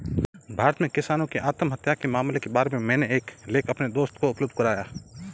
भारत में किसानों की आत्महत्या के मामलों के बारे में मैंने एक लेख अपने दोस्त को उपलब्ध करवाया